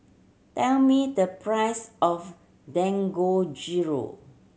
tell me the price of Dangojiru